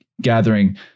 gathering